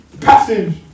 passage